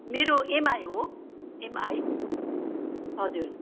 मेरो एमआई हो एमआई हजुर